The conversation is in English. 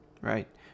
right